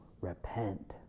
repent